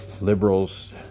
Liberals